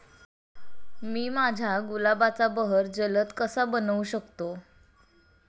मी माझ्या गुलाबाचा बहर जलद कसा बनवू शकतो?